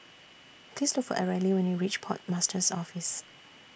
Please Look For Areli when YOU REACH Port Master's Office